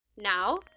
now